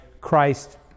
Christ